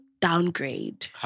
downgrade